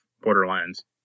Borderlands